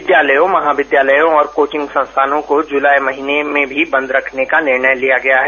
विद्यालयों महाविद्यालयों और कोचिंग संस्थानों को जुलाई महीने में भी बंद रखने का निर्णय लिया गया है